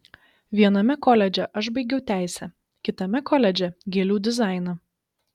viename koledže aš baigiau teisę kitame koledže gėlių dizainą